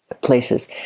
places